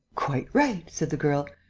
quite right, said the girl,